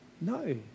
No